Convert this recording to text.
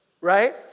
right